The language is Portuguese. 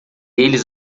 eles